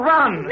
Run